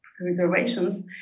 reservations